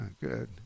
Good